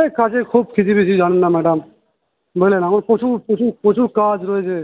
এই কাজের খুব খিঁচি মিচি জানেন না ম্যাডাম বুঝলেন আমার প্রচুর প্রচুর প্রচুর কাজ রয়েছে